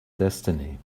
destiny